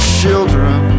children